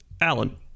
Alan